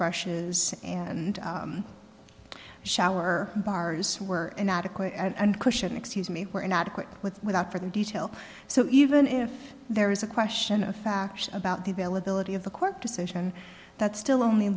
brushes and shower bars were inadequate and question excuse me were inadequate with without further detail so even if there is a question of fact about the availability of the court decision that still only